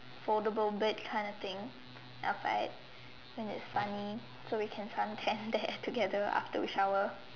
foldable bed kind of thing that was like it's funny so we can suntan there together after we shower